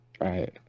Right